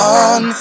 on